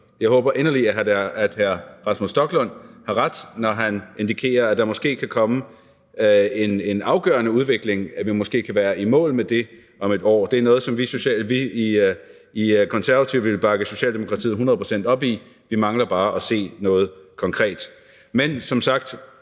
Jeg håber inderligt, at hr. Rasmus Stoklund har ret, når han indikerer, at der måske kan komme en afgørende udvikling, at vi måske kan være i mål med det om et år. Det er noget, som vi i Konservative vil bakke Socialdemokratiet hundrede procent op i, vi mangler bare at se noget konkret. Men som sagt